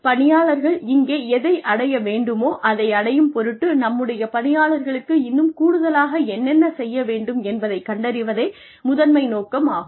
பணியாளர்கள் இங்கே எதை அடைய வேண்டுமோ அதை அடையும் பொருட்டு நம்முடைய பணியாளர்களுக்கு இன்னும் கூடுதலாக என்னென்ன செய்ய வேண்டும் என்பதைக் கண்டறிவதே முதன்மை நோக்கம் ஆகும்